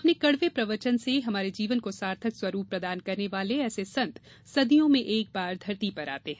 अपने कड़वे प्रवचन से हमारे जीवन को सार्थक स्वरूप प्रदान करने वाले ऐसे संत सदियों में एक बार धरती पर आते हैं